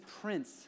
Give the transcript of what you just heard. prince